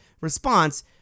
response